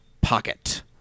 Pocket